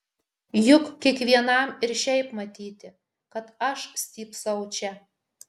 juk kiekvienam ir šiaip matyti kad aš stypsau čia